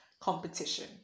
competition